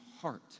heart